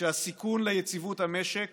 שהסיכון ליציבות המשק